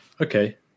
Okay